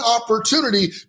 opportunity